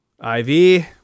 Ivy